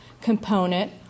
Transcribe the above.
component